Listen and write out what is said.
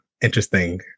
interesting